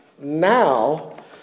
Now